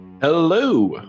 Hello